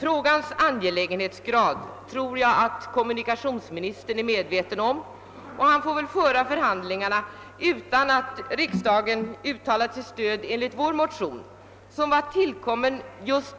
Frågans angelägenhetsgrad tror jag att kommunikationsministern är medveten om, och han får väl föra förhandlingarna utan att riksdagen uttalat sitt stöd enligt vår motion, som tillkom